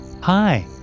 hi